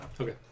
Okay